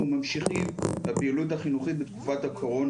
ממשיכים בפעילות החינוכית בתקופת הקורונה,